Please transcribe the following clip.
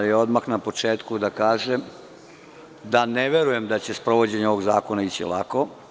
Odmah na početku da kažem da ne verujem da će sprovođenje ovog zakona ići lako.